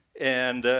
and